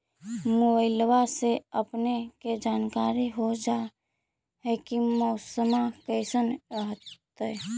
मोबाईलबा से अपने के जानकारी हो जा है की मौसमा कैसन रहतय?